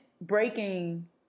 breaking